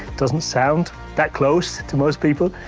doesn't sound that close to most people,